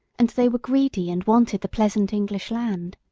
and they were greedy and wanted the pleasant english land.